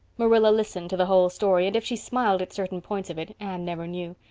marilla listened to the whole story, and if she smiled at certain parts of it anne never knew.